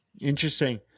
interesting